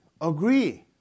agree